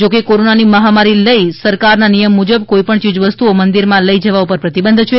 જોકે કોરોનાની મહામારી લઈ સરકારના નિયમ મુજબ કોઈ પણ ચીજવસ્તુઓ મંદિરમાં લઈ જવા પર પ્રતિબંધ છે